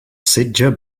setge